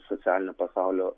socialinio pasaulio